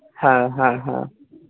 হ্যাঁ হ্যাঁ হ্যাঁ